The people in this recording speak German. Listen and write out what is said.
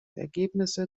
ergebnisse